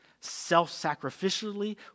Self-sacrificially